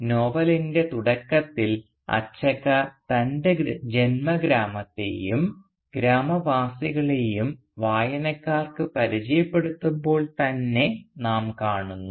ഇത് നോവലിൻറെ തുടക്കത്തിൽ അച്ചക്ക തൻറെ ജന്മഗ്രാമത്തെയും ഗ്രാമവാസികളെയും വായനക്കാർക്ക് പരിചയപ്പെടുത്തുമ്പോൾ തന്നെ നാം കാണുന്നു